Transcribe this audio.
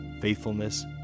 faithfulness